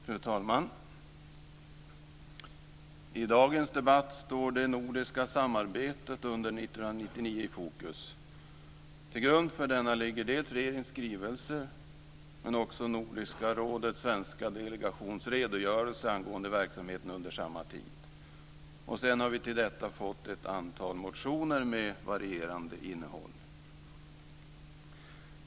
Fru talman! I dagens debatt står det nordiska samarbetet under 1999 i fokus. Till grund för denna ligger dels regeringens skrivelse, dels Nordiska rådets svenska delegations redogörelse angående verksamheten under samma tid. Till detta har vi fått ett antal motioner med varierande innehåll.